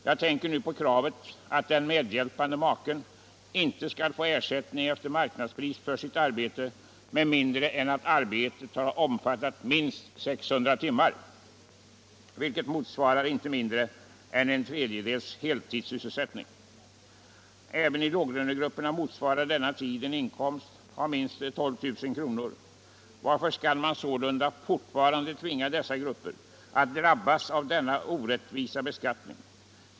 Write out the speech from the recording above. Jag tänker nu på bestämmelsen att den medhjälpande maken inte skall få ersättning efter marknadspris för sitt arbete annat än om arbetet omfattar minst 600 timmar, vilket motsvarar inte mindre än en tredjedels heltidsysselsättning. Även i låglönegrupperna motsvarar. denna tid en inkomst av minst 12 000 kr. Varför skall man fortfarande tvinga på dessa grupper denna orättvisa beskattning?